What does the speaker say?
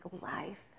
life